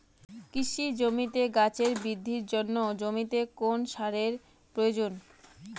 কৃষি জমিতে গাছের বৃদ্ধির জন্য জমিতে কোন সারের প্রয়োজন?